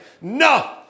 no